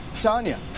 Tanya